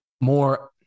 More